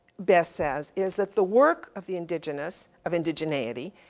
beth says, is that the work of the indigenous, of indigeneity,